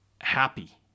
happy